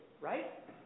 right